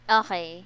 okay